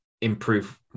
improve